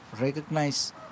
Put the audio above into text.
recognize